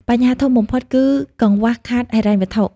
បញ្ហាធំបំផុតគឺ កង្វះខាតហិរញ្ញវត្ថុ។